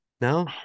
No